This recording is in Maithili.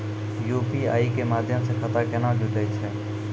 यु.पी.आई के माध्यम से खाता केना जुटैय छै?